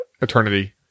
eternity